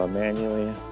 manually